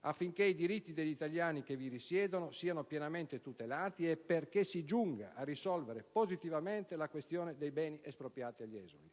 affinché i diritti degli italiani che vi risiedono siano pienamente tutelati e perché si giunga a risolvere positivamente la questione dei beni espropriati agli esuli.